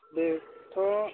बेथ'